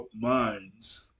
minds